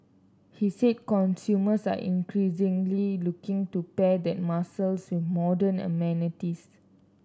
he said consumers are increasingly looking to pair that muscle with modern amenities